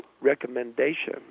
recommendation